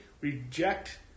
reject